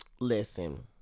Listen